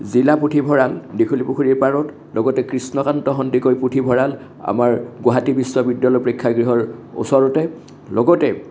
জিলা পুথিভঁৰাল দীঘলী পুখুৰীৰ পাৰত লগতে কৃষ্ণকান্ত সন্দিকৈ পুথিভঁৰাল আমাৰ গুৱাহাটী বিশ্ববিদ্যালয়ৰ প্ৰেক্ষাগৃহৰ ওচৰতে লগতে